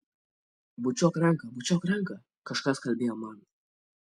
bučiuok ranką bučiuok ranką kažkas kalbėjo man